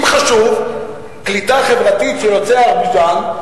אם חשוב קליטה חברתית של יוצאי אזרבייג'ן,